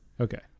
Okay